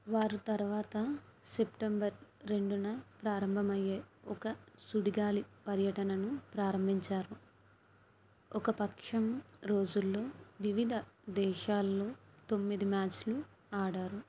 వారు తరువాత సెప్టెంబర్ రెండున ప్రారంభమయ్యే ఒక సుడిగాలి పర్యటనను ప్రారంభించారు ఒక పక్షం రోజుల్లో వివిధ దేశాలలో తొమ్మిది మ్యాచ్లు ఆడారు